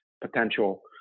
potential